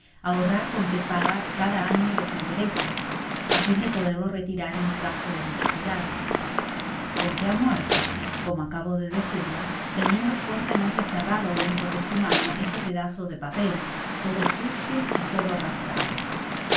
ahorrar con que paga cada año los intereses á fin de poderlo retirar en caso de necesidad con que ha muérto como acabo de decirlo teniendo fuertemente cerrado dentro su mano ese pedazo de papel todo sucio y todo rasgado